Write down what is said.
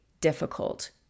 difficult